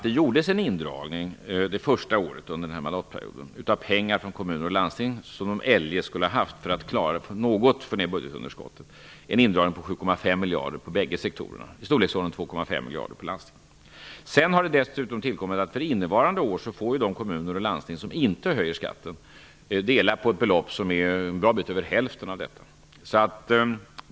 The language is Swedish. Det gjordes en indragning det första året av den här mandatperioden av pengar från kommuner och landsting för att något få ned budgetunderskottet. Det gällde 7,5 miljarder på bägge sektorerna, i storleksordningen 2,5 miljarder på landstingen. Sedan har tillkommit att för innevarande år får de kommuner och landsting som inte höjer skatten dela på ett belopp som är en bra bit över hälften av detta.